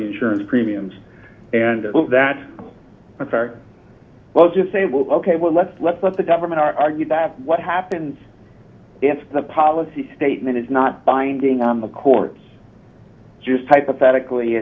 the insurance premiums and that in fact well just say well ok well let's let's let the government or argue that what happens in the policy statement is not binding on the courts just hypothetically